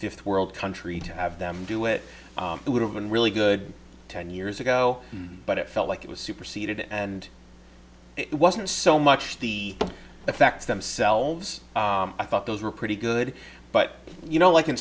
fifth world country to have them do it it would have been really good ten years ago but it felt like it was superseded and it wasn't so much the effects themselves i thought those were pretty good but you know like in